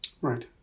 Right